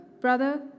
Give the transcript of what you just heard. Brother